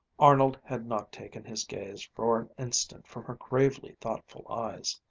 arnold had not taken his gaze for an instant from her gravely thoughtful eyes.